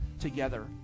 together